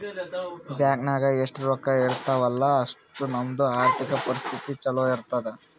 bank ನಾಗ್ ಎಷ್ಟ ರೊಕ್ಕಾ ಇರ್ತಾವ ಅಲ್ಲಾ ಅಷ್ಟು ನಮ್ದು ಆರ್ಥಿಕ್ ಪರಿಸ್ಥಿತಿ ಛಲೋ ಇರ್ತುದ್